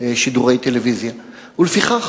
שידורי טלוויזיה, ולפיכך